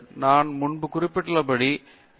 நான் முன்பு குறிப்பிட்டபடி எம்